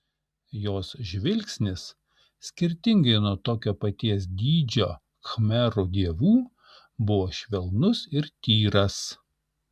jos žvilgsnis skirtingai nuo tokio paties dydžio khmerų dievų buvo švelnus ir tyras